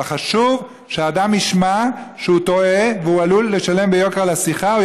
אבל חשוב שהאדם ישמע שהוא טועה והוא עלול לשלם ביוקר על השיחה.